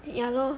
ya lor